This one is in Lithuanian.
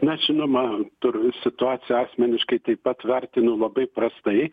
na žinoma tur situaciją asmeniškai taip pat vertinu labai prastai